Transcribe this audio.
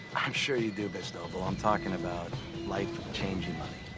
i'm sure you do, miss noble. i'm talking about life-changing money.